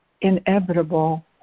inevitable